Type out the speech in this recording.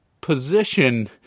position